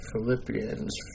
Philippians